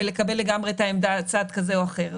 בלקבל לגמרי צד כזה או אחר.